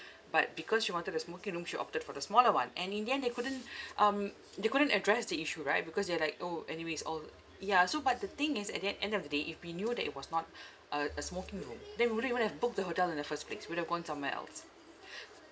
but because she wanted a smoking room she opted for the smaller one and in the end they couldn't um they couldn't address the issue right because they are like orh anyway it's all ya so but the thing is at the end end of the day if we knew that it was not a a smoking room then we wouldn't even have booked the hotel in the first place we'd have gone somewhere else